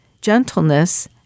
gentleness